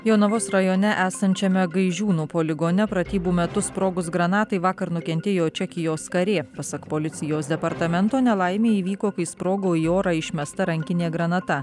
jonavos rajone esančiame gaižiūnų poligone pratybų metu sprogus granatai vakar nukentėjo čekijos karė pasak policijos departamento nelaimė įvyko kai sprogo į orą išmesta rankinė granata